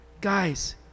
guys